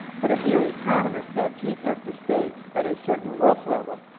but a theory economist that kink has to stay at a certain wealth level.